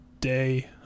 day